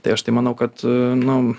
tai aš tai manau kad nu